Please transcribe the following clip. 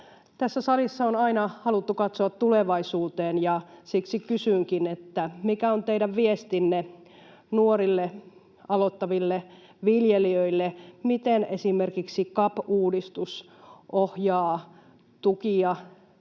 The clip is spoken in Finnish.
salissa on aina haluttu katsoa tulevaisuuteen, ja siksi kysynkin: mikä on teidän viestinne nuorille, aloittaville viljelijöille, miten esimerkiksi CAP-uudistus ohjaa tukia